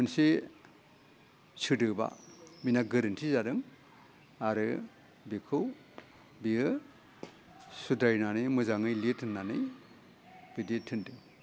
मोनसे सोदोबा बिना गोरोन्थि जादों आरो बिखौ बेयो सुद्रायनानै मोजाङै लिर होन्नानै बिदि थिन्दों